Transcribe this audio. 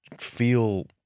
feel